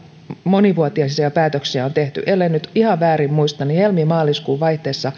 monivuotisia päätöksiä on tehty ellen nyt ihan väärin muista niin helmi maaliskuun vaihteessa